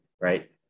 right